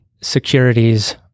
securities